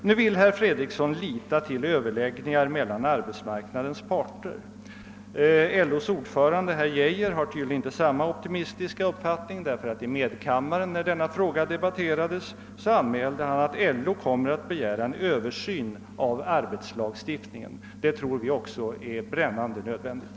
Nu vill herr Fredriksson lita till överläggningar mellan arbetsmarknadens parter. LO:s ordförande herr Geijer har tydligen inte samma optimistiska uppfattning. När denna fråga debatterades i medkammaren anmälde han nämligen att LO kommer att begära en översyn av arbetslagstiftningen. Det tror vi också är brännande nödvändigt.